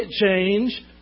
change